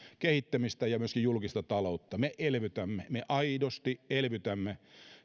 kehittämistä ja myöskin julkista taloutta me elvytämme me aidosti elvytämme ja